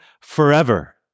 forever